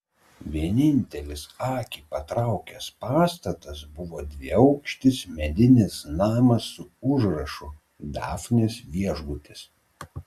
vienintelis akį patraukęs pastatas buvo dviaukštis medinis namas su užrašu dafnės viešbutis